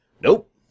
Nope